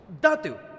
Datu